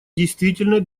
действительной